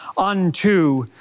Unto